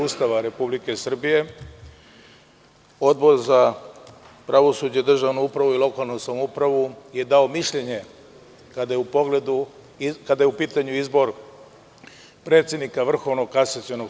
Ustava Republike Srbije, Odbor za pravosuđe, državnu upravu i lokalnu samoupravu je dao mišljenje kada je u pitanju izbor predsednika VKS.